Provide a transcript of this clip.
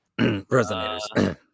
Resonators